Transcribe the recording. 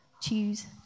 Choose